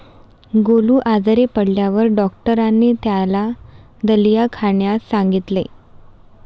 गोलू आजारी पडल्यावर डॉक्टरांनी त्याला दलिया खाण्यास सांगितले